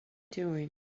doing